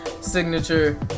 signature